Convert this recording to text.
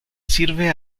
sirve